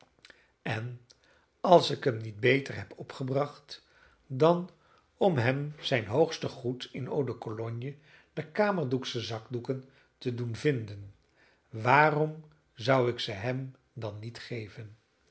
en als ik hem niet beter heb opgebracht dan om hem zijn hoogste goed in eau-de-cologne en kamerdoeksche zakdoeken te doen vinden waarom zou ik ze hem dan niet geven